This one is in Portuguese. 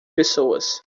pessoas